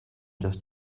just